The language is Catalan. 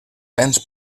vents